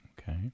Okay